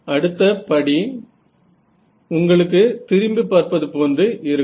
அடுத்தபடி உங்களுக்கு திரும்பிப் பார்ப்பது போன்று இருக்கும்